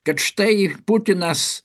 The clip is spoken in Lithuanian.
kad štai putinas